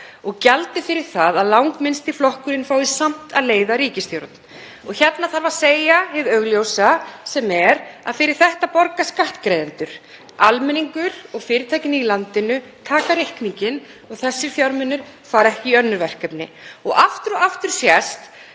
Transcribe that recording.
og gjaldið fyrir það að langminnsti flokkurinn fái samt að leiða ríkisstjórn. Hérna þarf að segja hið augljósa, sem er að fyrir þetta borga skattgreiðendur. Almenningur og fyrirtækin í landinu taka reikninginn og þessir fjármunir fara ekki í önnur verkefni. Aftur og aftur sést